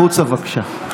החוצה, בבקשה.